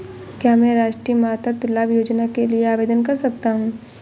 क्या मैं राष्ट्रीय मातृत्व लाभ योजना के लिए आवेदन कर सकता हूँ?